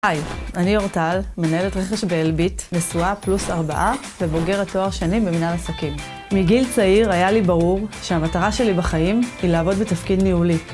היי, אני אורטל, מנהלת רכש באלביט, נשואה פלוס ארבעה, ובוגרת תואר שנים במנהל עסקים. מגיל צעיר היה לי ברור שהמטרה שלי בחיים היא לעבוד בתפקיד ניהולי.